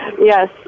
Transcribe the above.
Yes